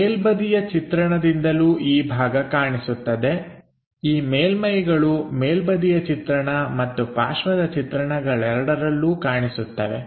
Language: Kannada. ಮೇಲ್ಬದಿಯ ಚಿತ್ರಣದಿಂದಲೂ ಈ ಭಾಗ ಕಾಣಿಸುತ್ತದೆ ಈ ಮೇಲ್ಮೈಗಳು ಮೇಲ್ಬದಿಯ ಚಿತ್ರಣ ಮತ್ತು ಪಾರ್ಶ್ವದ ಚಿತ್ರಣಗಳೆರಡರಲ್ಲೂ ಕಾಣಿಸುತ್ತವೆ